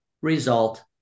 result